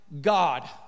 God